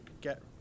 Get